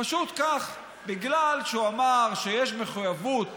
פשוט כך: בגלל שהוא אמר שיש מחויבות